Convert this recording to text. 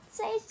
say